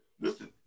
listen